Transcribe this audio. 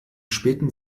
späten